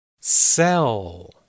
Cell